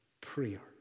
prayer